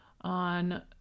on